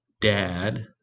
dad